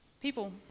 People